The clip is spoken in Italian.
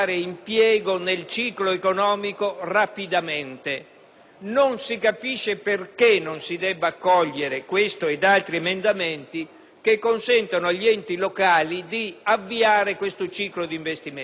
Non si capisce perché non si debba accogliere questo ed altri emendamenti che consentono agli enti locali di avviare questo ciclo di investimenti. Cosa costerebbe questa esclusione?